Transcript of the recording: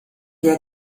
der